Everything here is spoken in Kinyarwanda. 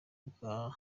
bwa